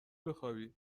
بخوابی